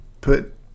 put